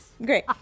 Great